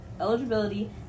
eligibility